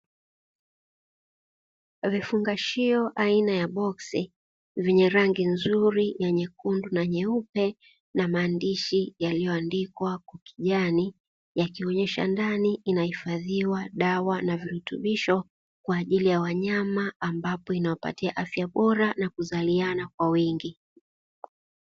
Viungashio aina ya boksi vina rangi nzuri nyekundu na nyeupe na maandishi yaliyoandikwa kwa kijani, yakionyesha ndani inahifadhiwa dawa na virutubisho kwa ajili ya wanyama ambapo inawapatia afya bora na kuzaliana kwa wingi.